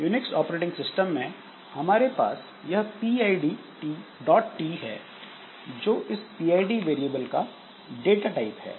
Unix operating system में हमारे पास यह पीआईडीटी pidt है जो इस पीआईडी वेरिएबल का डाटा टाइप है